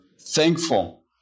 thankful